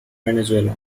venezuela